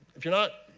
if you're not,